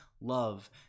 love